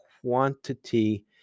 quantity